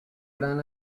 gran